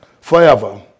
forever